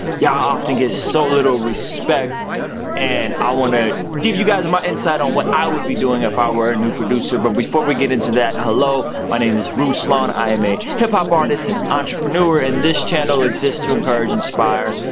ya'll often get so little respect and i want to give you my insight on what i would be doing if i were a new producer but before we get into that. hello, my name is ruslan. i am a hip hop artist and entrepreneur and this channel exists to encourage, inspire,